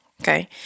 Okay